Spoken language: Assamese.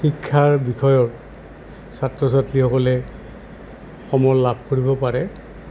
শিক্ষাৰ বিষয়ৰ ছাত্ৰ ছাত্ৰীসকলে সমল লাভ কৰিব পাৰে